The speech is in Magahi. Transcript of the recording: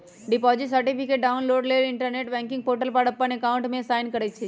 डिपॉजिट सर्टिफिकेट डाउनलोड लेल इंटरनेट बैंकिंग पोर्टल पर अप्पन अकाउंट में साइन करइ छइ